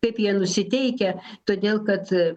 kaip jie nusiteikę todėl kad